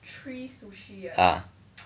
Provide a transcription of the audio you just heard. ah